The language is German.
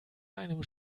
einem